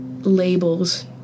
labels